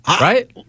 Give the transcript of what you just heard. right